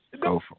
go